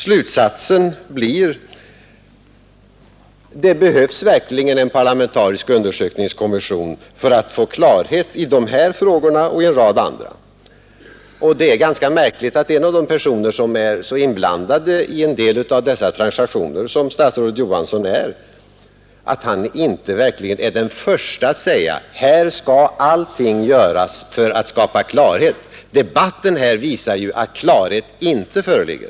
Slutsatsen blir: det behövs verkligen en parlamentarisk undersökningskommission för att få klarhet i dessa frågor och i en rad andra. Det är ganska märkvärdigt att en person som är så inblandad i dessa transaktioner som statsrådet Johansson inte är den förste att säga: Här skall allting göras för att skapa klarhet. Debatten här visar ju att klarhet inte föreligger.